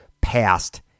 passed